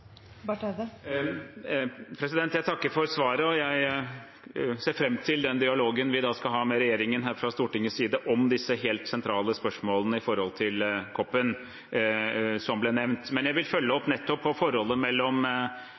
Jeg takker for svaret, og jeg ser fram til den dialogen vi da skal ha med regjeringen her fra Stortingets side om disse helt sentrale spørsmålene når det gjelder COP-en, som ble nevnt. Men jeg vil følge opp nettopp på forholdet mellom